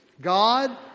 God